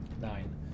Nine